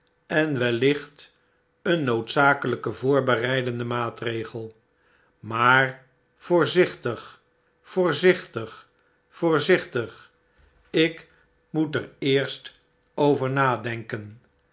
en wellicht een noodzakeljjke voorbereidende maatregei maar voorzichtig voorzichtig voorzichtig i ik moet ereerst over